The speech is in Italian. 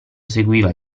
seguiva